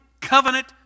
covenant